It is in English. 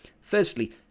Firstly